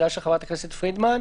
לשאלתה של חברת הכנסת פרידמן,